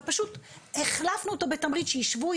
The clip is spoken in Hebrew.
ופשוט החלפנו אותו בתמריץ שישבו,